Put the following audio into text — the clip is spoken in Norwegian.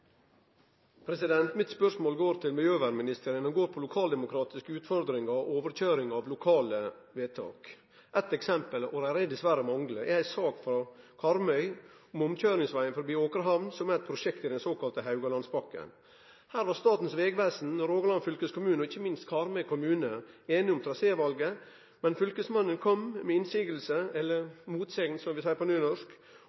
lokale vedtak. Eitt eksempel – og det er dessverre mange – er ei sak frå Karmøy om omkøyringsvegen forbi Åkrehamn, som er eit prosjekt i den såkalla Haugalandspakken. Her var Statens vegvesen, Rogaland fylkeskommune og ikkje minst Karmøy kommune einige om trasévalet, men fylkesmannen kom med